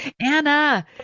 Anna